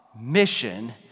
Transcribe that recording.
mission